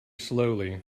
slowly